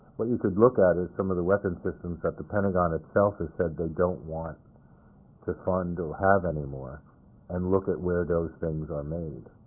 what you could look at is some of the weapons systems that the pentagon itself has said they don't want to fund or have anymore and look at where those things are made.